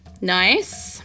Nice